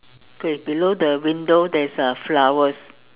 K below the window there's uh flowers